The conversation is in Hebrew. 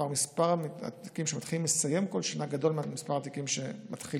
מספר התיקים שמתחילים לסיים בכל שנה כבר גדול ממספר התיקים שמתחילים,